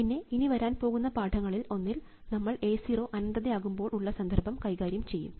പിന്നെ ഇനി വരാൻ പോകുന്ന പാഠങ്ങളിൽ ഒന്നിൽ നമ്മൾ A 0 അനന്തത ആകുമ്പോൾ ഉള്ള സന്ദർഭം കൈകാര്യം ചെയ്യും